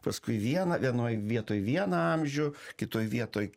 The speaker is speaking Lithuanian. paskui vieną vienoj vietoj vieną amžių kitoj vietoj